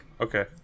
Okay